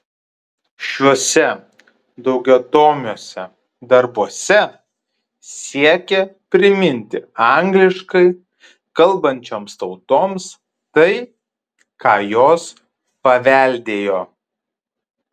šiuose daugiatomiuose darbuose siekė priminti angliškai kalbančioms tautoms tai ką jos paveldėjo